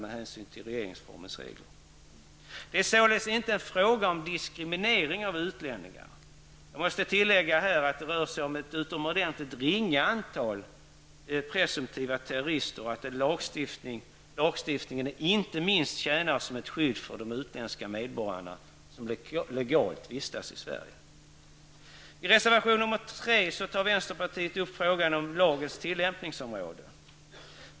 Det är således inte fråga om diskriminering av utlänningar. Jag måste här tillägga att det rör sig om ett utomordentligt ringa antal presumtiva terrorister och att lagstiftningen inte minst tjänar som ett skydd för de utländska medborgare som legalt vistas i Sverige. I reservation nr 3 tar vänsterpartiet upp frågan om lagens tillämpningsområde.